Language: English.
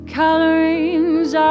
colorings